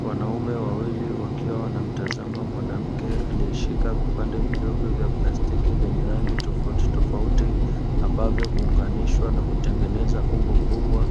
Wanaume wawili wakiwa wanamtazama mwanamke aliyeshika vipande vidogo vya plastiki vyenye rangi tofautitofauti, ambavyo huunganishwa na kutengeneza umbo kubwa.